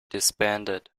disbanded